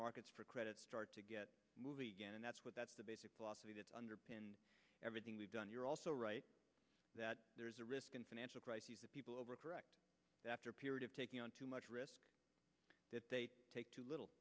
markets for credit start to get moving again and that's what that's the basic philosophy that underpins everything we've done you're also right that there is a risk in financial crises that people overcorrect after a period of taking on too much risk that they take too little